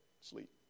sleep